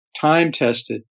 time-tested